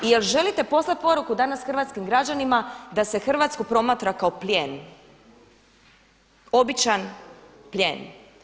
I je li želite poslati poruku danas hrvatskim građanima da se Hrvatsku promatra kao plijen, običan plijen?